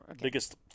Biggest